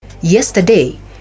yesterday